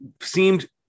seemed